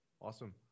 Awesome